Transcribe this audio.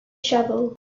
shovel